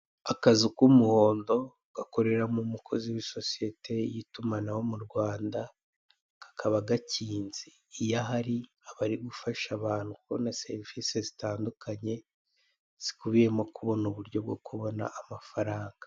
Akazu k'umuhondo gakoreramo umukozi w'isosiyete y'itumanaho mu Rwanda, kakaba gakinze, iyo ahari aba ari gufasha abantu kubona serivise zitandukanye zikubiyemo kubona uburyo bwo kubona amafaranga.